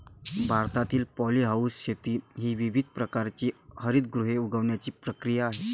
भारतातील पॉलीहाऊस शेती ही विविध प्रकारची हरितगृहे उगवण्याची प्रक्रिया आहे